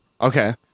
Okay